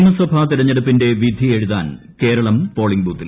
നിയമസഭാ തെരഞ്ഞെടുപ്പിന്റെ വിധിയെഴുതാൻ കേരളം പോളിങ് ബൂത്തിൽ